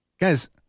Guys